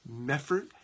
Meffert